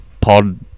pod